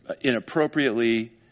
inappropriately